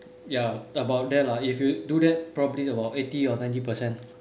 ya about there lah if you do that probably about eighty or ninety percent